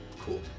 Cool